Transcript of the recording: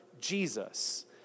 Jesus